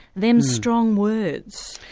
them's strong words,